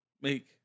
make